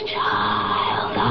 child